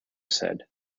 said